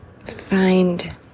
find